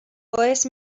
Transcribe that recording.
باعث